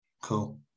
Cool